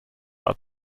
out